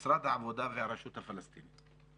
משרד העבודה והרשות הפלסטינית.